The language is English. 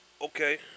Okay